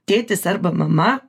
tėtis arba mama